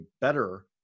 better